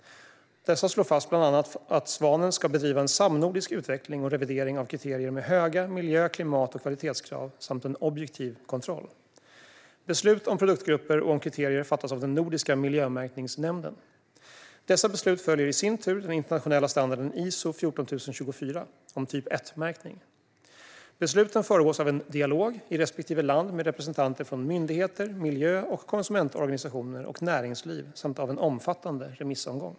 Dessa slår fast bland annat att Svanen ska bedriva en samnordisk utveckling och revidering av kriterier med höga miljö-, klimat och kvalitetskrav samt en objektiv kontroll. Beslut om produktgrupper och om kriterier fattas av Nordiska miljömärkningsnämnden. Dessa beslut följer i sin tur den internationella standarden Iso 14024 om typ 1-märkning. Besluten föregås av en dialog i respektive land med representanter från myndigheter, miljö och konsumentorganisationer och näringsliv samt av en omfattande remissomgång.